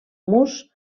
murs